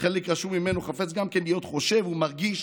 וחלק רשום ממנו חפץ גם כן להיות חושב ומרגיש